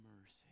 mercy